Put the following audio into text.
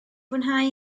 fwynhau